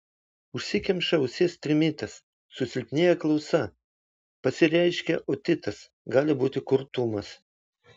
užsikemša ausies trimitas susilpnėja klausa pasireiškia otitas gali būti kurtumas